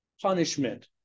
punishment